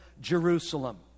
Jerusalem